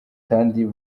kandi